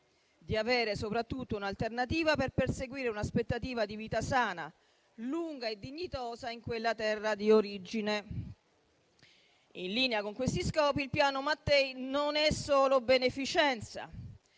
di avere soprattutto un'alternativa per perseguire un'aspettativa di vita sana, lunga e dignitosa nella terra di origine. In linea con questi scopi, il Piano Mattei non è solo beneficenza: